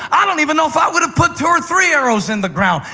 i don't even know if i would have put two or three arrows in the ground.